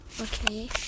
Okay